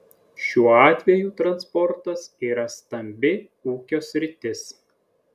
šiuo atveju transportas yra stambi ūkio sritis